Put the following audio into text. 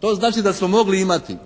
To znači da smo mogli imati